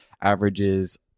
averages